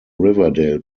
riverdale